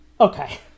okay